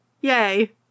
Yay